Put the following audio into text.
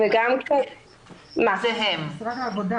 משרד העבודה